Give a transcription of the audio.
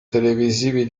televisivi